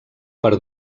per